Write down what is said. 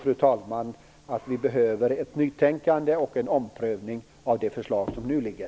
Jag tror att vi behöver ett nytänkande och en omprövning av det förslag som nu ligger.